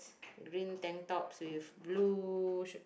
green tank tops with blue shirt